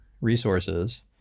resources